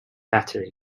battery